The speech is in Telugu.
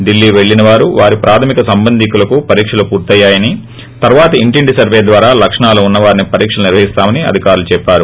ఢిల్లీ పెల్లినవారు వారి ప్రాధమిక సంబందికులకు పరీక్షలు పూర్తయ్యాయని తర్వాత ఇంటింటి సర్వే ద్వారా లక్షణాలు ఉన్నవారికి పరీక్షలు నిర్వహిస్తామని అధికారులు చెప్పారు